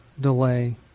delay